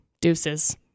Deuces